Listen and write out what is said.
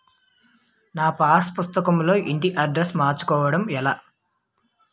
నా పాస్ పుస్తకం లో ఇంటి అడ్రెస్స్ మార్చుకోవటం ఎలా?